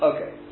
Okay